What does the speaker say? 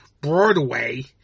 Broadway